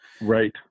Right